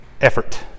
effort